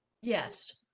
Yes